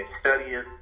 studying